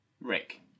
Rick